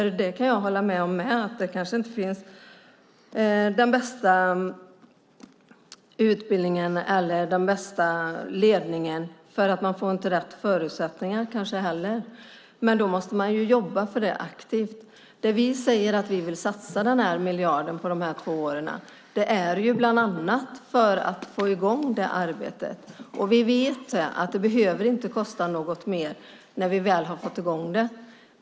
Jag kan också hålla med om att utbildningsnivån och ledningen inte alltid är den bästa. Man får kanske inte heller rätt förutsättningar. Men då måste man jobba för det aktivt. Det vi säger att vi vill satsa den här miljarden på under de här två åren är bland annat att få i gång det arbetet. Vi vet att det inte behöver kosta mer när vi väl har fått i gång det.